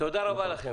תודה רבה לכם.